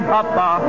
Papa